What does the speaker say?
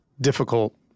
difficult